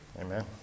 Amen